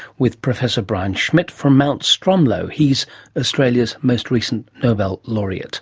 with professor brian schmidt from mount stromlo. he's australia's most recent nobel laureate